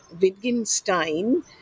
Wittgenstein